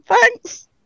Thanks